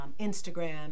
Instagram